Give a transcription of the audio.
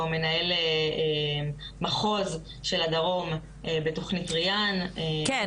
שהוא גם המנהל מחוז של הדרום בתכנית ריאן- -- כן,